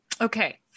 Okay